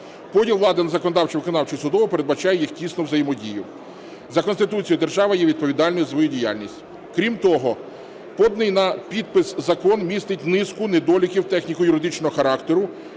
Поділ влади на законодавчу, виконавчу і судову передбачає їх тісну взаємодію. За Конституцією держава є відповідальною за свою діяльність. Крім того, поданий на підпис закон містить низку недоліків техніко-юридичного характеру,